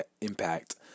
impact